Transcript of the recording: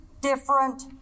different